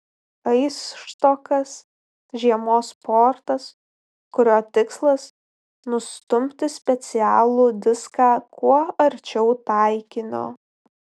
aisštokas žiemos sportas kurio tikslas nustumti specialų diską kuo arčiau taikinio